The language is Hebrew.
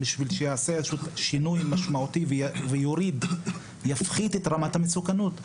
כדי שייעשה שינוי משמעותי ויפחית את רמת המסוכנות,